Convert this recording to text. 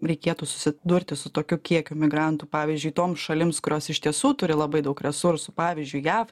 reikėtų susidurti su tokiu kiekiu migrantų pavyzdžiui tom šalims kurios iš tiesų turi labai daug resursų pavyzdžiui jav